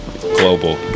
Global